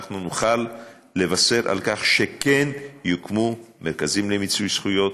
אנחנו נוכל לבשר שכן יוקמו מרכזים למיצוי זכויות,